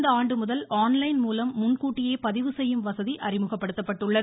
இந்த ஆண்டுமுதல் ஆன் லைன்மூலம் முன்கூட்டியே பதிவு செய்யும் வசதி அறிமுகப்படுத்தப்பட்டுள்ளது